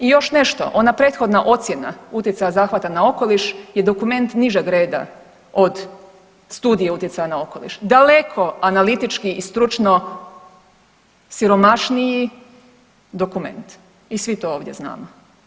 I još nešto, ona prethodna ocjena utjecaja zahvata na okoliš je dokument nižeg reda od studije utjecaja na okoliš, daleko analitički i stručno siromašniji dokument i svi to ovdje znamo.